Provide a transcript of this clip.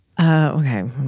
Okay